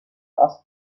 last